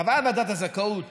קבעה ועדת הזכאות